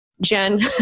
Jen